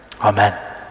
Amen